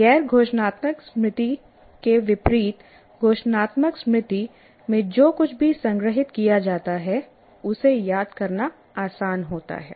गैर घोषणात्मक स्मृति के विपरीत घोषणात्मक स्मृति में जो कुछ भी संग्रहीत किया जाता है उसे याद करना आसान होता है